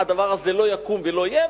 הדבר הזה לא יקום ולא יהיה.